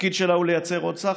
התפקיד שלה הוא לייצר עוד סחר.